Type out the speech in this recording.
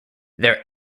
their